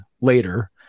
later